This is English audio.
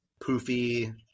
poofy